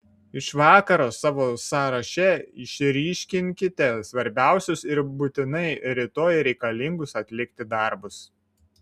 iš vakaro savo sąraše išryškinkite svarbiausius ir būtinai rytoj reikalingus atlikti darbus